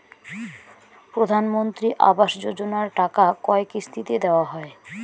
প্রধানমন্ত্রী আবাস যোজনার টাকা কয় কিস্তিতে দেওয়া হয়?